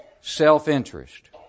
self-interest